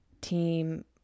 team